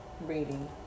reading